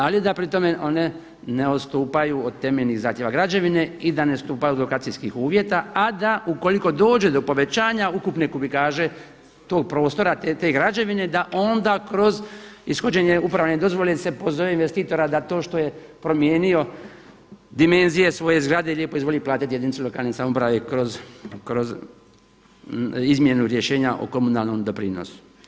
Ali da pri tome one ne odstupaju od temeljnih zahtjeva građevine i da ne odstupaju od lokacijskih uvjeta, a da ukoliko dođe do povećanja ukupne kubikaže tog prostora, te građevine da onda kroz ishođenje upravne dozvole se pozove investitora da to što je promijenio dimenzije svoje zgrade lijepo izvoli platiti jedinicu lokalne samouprave kroz izmjenu rješenja o komunalnom doprinosu.